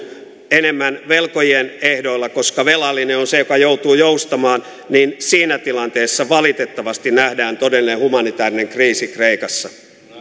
enemmän velkojien ehdoilla koska velallinen on se joka joutuu joustamaan niin siinä tilanteessa valitettavasti nähdään todellinen humanitaarinen kriisi kreikassa